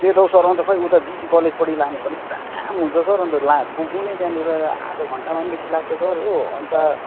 त्यही त हौ सर अन्त खै उता जिसी कलेजपट्टि लानु पनि जाम हुन्छ सर अन्त ला पुग्नु नै त्यहाँनिर आधा घन्टामा पनि बेसी लाग्छ सर हो अन्त